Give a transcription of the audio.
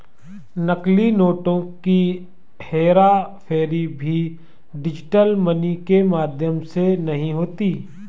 नकली नोटों की हेराफेरी भी डिजिटल मनी के माध्यम से नहीं होती